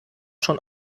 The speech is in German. schon